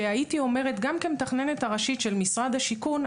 שהייתי אומרת גם כמתכננת הראשית של משרד השיכון,